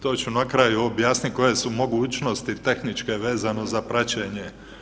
To ću na kraju objasnit koje su mogućnosti tehničke vezano za praćenje.